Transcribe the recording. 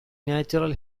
natural